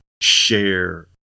share